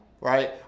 right